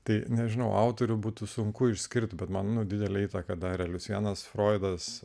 tai nežinau autorių būtų sunku išskirti bet man didelę įtaką darė liucijanas froidas